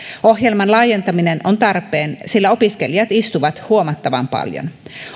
ohjelman laajentaminen on tarpeen sillä opiskelijat istuvat huomattavan paljon